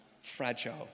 fragile